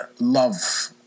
love